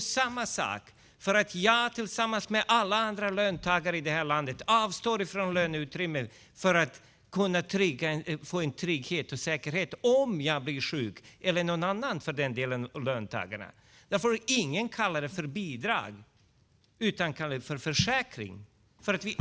På samma sätt är det när jag och alla andra löntagare i landet avstår från löneutrymme för att kunna få trygghet och säkerhet om vi blir sjuka. Ingen kallar det för bidrag, utan det kallas försäkring.